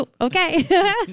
Okay